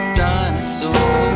dinosaur